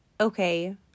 okay